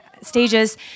stages